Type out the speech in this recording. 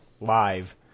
live